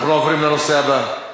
אנחנו עוברים לנושא הבא: